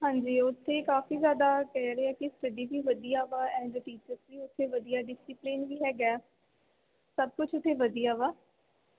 ਹਾਂਜੀ ਉੱਥੇ ਕਾਫੀ ਜ਼ਿਆਦਾ ਕਹਿ ਰਹੇ ਕਿ ਸਟੱਡੀ ਵੀ ਵਧੀਆ ਵਾ ਐਂਡ ਟੀਚਰਸ ਵੀ ਉੱਥੇ ਵਧੀਆ ਡਸਿਪਲੀਨ ਵੀ ਹੈਗਾ ਸਭ ਕੁਛ ਉੱਥੇ ਵਧੀਆ ਵਾ